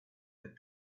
that